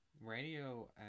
radio